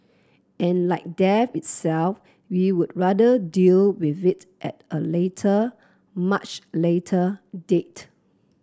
and like death itself we would rather deal with it at a later much later date